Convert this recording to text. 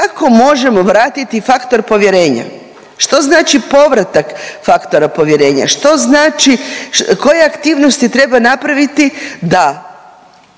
kako možemo vratiti faktor povjerenja. Što znači povratak faktora povjerenja, što znači, koje aktivnosti treba napraviti da